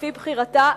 לפי בחירתה,